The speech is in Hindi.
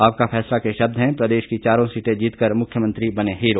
आपका फैसला के शब्द हैं प्रदेश की चारों सीटें जीतकर मुख्यमंत्री बने हीरो